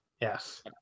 yes